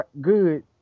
good